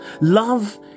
Love